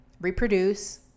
reproduce